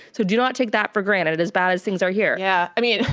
so do not take that for granted, it as bad as things are here. yeah i mean,